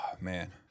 man